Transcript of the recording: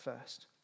first